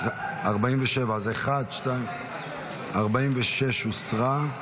47. הסתייגות 46 הוסרה.